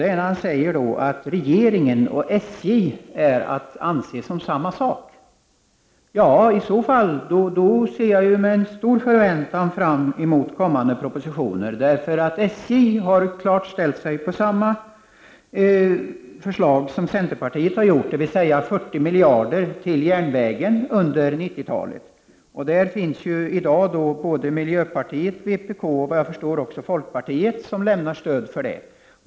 Det gäller när han säger att regeringen och SJ är att anse som samma sak. I så fall ser jag med stor förväntan fram emot kommande propositioner. SJ har nämligen klart ställt sig bakom samma förslag som centerpartiet har gjort, dvs. 40 miljarder till järnvägen under 1990-talet. I dag stödjer miljöpartiet, vpk och vad jag förstår även folkpartiet det här förslaget.